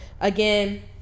again